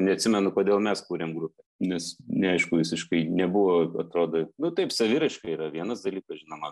neatsimenu kodėl mes kūrėm grupę nes neaišku visiškai nebuvo atrodo nu taip saviraiška yra vienas dalykas žinoma